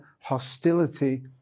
hostility